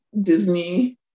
disney